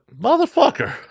motherfucker